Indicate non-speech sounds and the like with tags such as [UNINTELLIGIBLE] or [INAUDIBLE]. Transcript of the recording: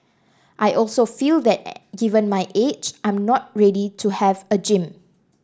I also feel that [UNINTELLIGIBLE] given my age I'm not ready to have a gym